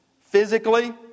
physically